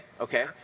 Okay